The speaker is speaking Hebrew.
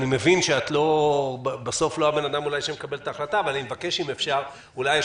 אני מבין שאת בסוף לא האדם שמקבל את ההחלטה אבל אני מבקש אם אפשר יש